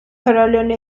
kararlarını